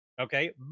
Okay